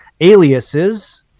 aliases